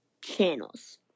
channels